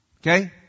Okay